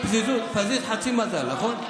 פזיז, חצי מזל, נכון?